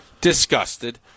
Disgusted